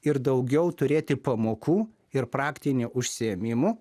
ir daugiau turėti pamokų ir praktinių užsiėmimų